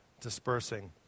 dispersing